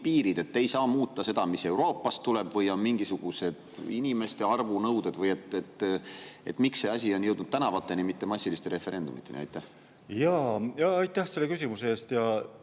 piirid, et ei saa muuta seda, mis Euroopast tuleb, või on mingisugused inimeste arvu nõuded? Miks see asi on jõudnud tänavatele, mitte massiliste referendumiteni? Aitäh selle küsimuse eest!